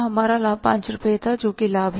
हमारा लाभ 5 रुपये था जो कि लाभ है